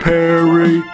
Perry